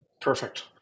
Perfect